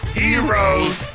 heroes